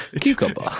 Cucumber